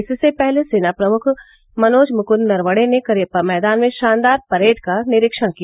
इससे पहले सेना प्रमुख मनोज मुकूद नरवणे ने करियप्पा मैदान में शानदार परेड का निरीक्षण किया